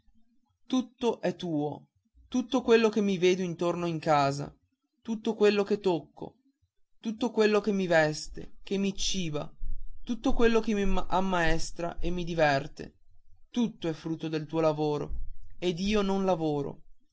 tutto è tuo tutto quello che mi vedo intorno in casa tutto quello che tocco tutto quello che mi veste e che mi ciba tutto quello che mi ammaestra e mi diverte tutto è frutto del tuo lavoro ed io non lavoro